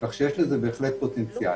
כך שיש לזה, בהחלט, פוטנציאל.